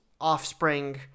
offspring